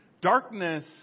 Darkness